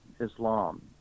islam